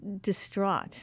distraught